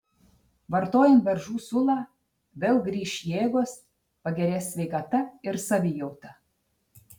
vartojant beržų sulą vėl grįš jėgos pagerės sveikata ir savijauta